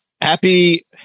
Happy